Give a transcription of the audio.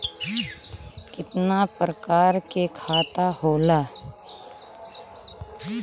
कितना प्रकार के खाता होला?